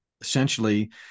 essentially